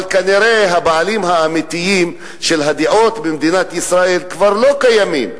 אבל כנראה הבעלים האמיתיים של הדעות במדינת ישראל כבר לא קיימים,